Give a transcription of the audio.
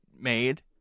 made